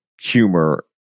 humor